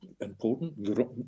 important